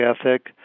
ethic